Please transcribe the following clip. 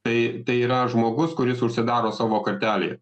tai tai yra žmogus kuris užsidaro savo kartelėje